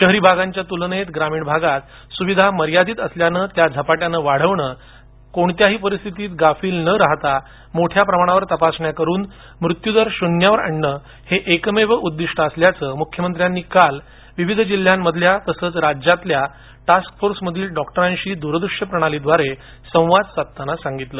शहरी भागांच्या तुलनेत ग्रामीण भागात सुविधा मर्यादित असल्यानं त्या झपाट्याने वाढवणं आणि कोणत्याही परिस्थितीत गाफील न राहता मोठ्या प्रमाणावर तपासण्या करून मृत्यू दर शून्यावर आणणं हे एकमेव उद्दिष्ट असल्याचं मुख्यमंत्र्यांनी काल विविध जिल्ह्यांमधल्या तसंच राज्याच्या टास्क फोर्समधील डॉक्टरांशी दूरदृश्य प्रणालीद्वारे संवाद साधताना सांगितलं